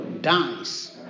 dies